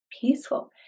peaceful